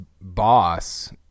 boss